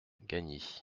gagny